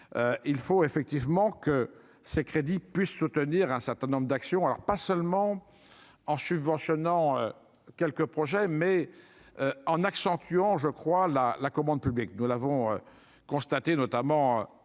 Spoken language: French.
il faut effectivement que ces crédits puisse soutenir un certain nombre d'actions, alors pas seulement en subventionnant quelques projets, mais en accentuant je crois la la commande publique, nous l'avons constaté notamment par des